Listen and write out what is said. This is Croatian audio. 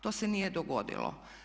To se nije dogodilo.